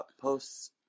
posts